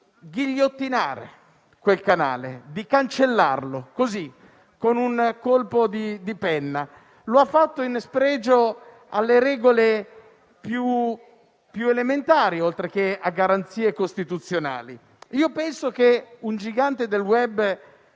di ghigliottinare quel canale, di cancellarlo, così, con un colpo di penna. Lo ha fatto in spregio alle regole più elementari, oltre che a garanzie costituzionali. Penso che un gigante del *web*,